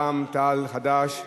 רע"ם-תע"ל וחד"ש,